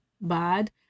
bad